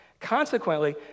Consequently